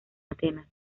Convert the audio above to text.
atenas